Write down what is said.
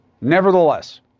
Nevertheless